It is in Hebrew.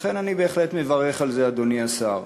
לכן אני באמת מברך על זה, אדוני השר.